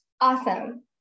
Awesome